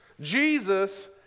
Jesus